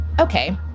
okay